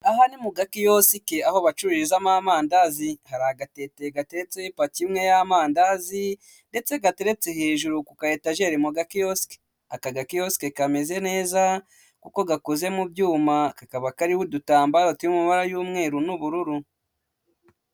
Aha ni mu gakiyosike aho bacururizamo amandazi, hari agatete gateretseho ipaki imwe y'amandazi ndetse gateretse hejuru ku kayetajeri mu gakiyosiki, aka gakiyoke kameze neza kuko gakoze mu byuma, kakaba kariho udutambaro turi mu mubara y'umweru n'ubururu.